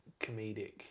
comedic